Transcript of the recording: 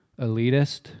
elitist